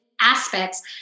aspects